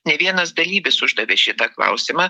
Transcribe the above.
ne vienas dalyvis uždavė šitą klausimą